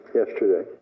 yesterday